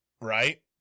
Right